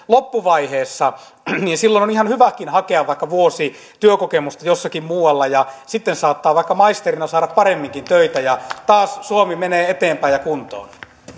loppuvaiheessa on ihan hyväkin hakea vaikka vuosi työkokemusta jostakin muualta ja sitten saattaa vaikka maisterina saada paremminkin töitä ja taas suomi menee eteenpäin ja kuntoon